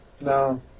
No